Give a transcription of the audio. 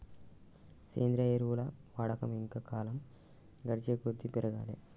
సేంద్రియ ఎరువుల వాడకం ఇంకా కాలం గడిచేకొద్దీ పెరగాలే